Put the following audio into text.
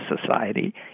society